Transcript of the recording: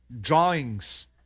drawings